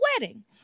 wedding